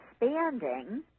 expanding